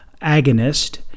agonist